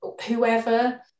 whoever